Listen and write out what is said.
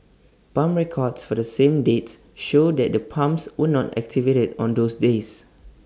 pump records for the same dates show that the pumps were not activated on those days